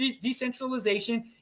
decentralization